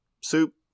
Soup